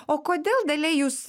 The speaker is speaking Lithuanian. o kodėl dalia jūs